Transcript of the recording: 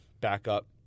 backup